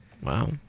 Wow